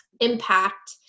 impact